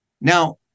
Now